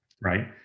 right